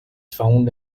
found